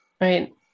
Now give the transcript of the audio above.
Right